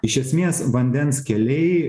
iš esmės vandens keliai